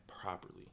properly